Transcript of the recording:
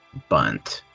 bunt!